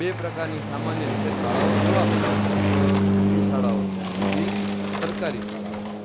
બે પ્રકારની સામાન્ય રીતે શાળાઓ જોવા મળે છે એક ખાનગી શાળાઓ છેને બીજી સરકારી શાળાઓ છે